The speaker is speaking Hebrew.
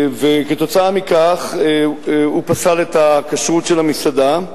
ועקב כך הוא פסל את הכשרות של המסעדה.